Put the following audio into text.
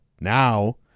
Now